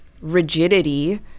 rigidity